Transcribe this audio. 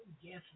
yes